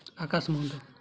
Akash Mahanta